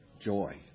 joy